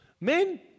Men